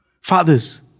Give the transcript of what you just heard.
Fathers